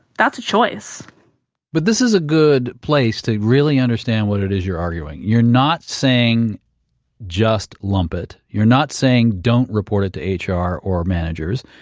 that's a choice but this is a good place to really understand what it is you're arguing. you're not saying just lump it. you're not saying don't report it to ah hr or managers.